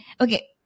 Okay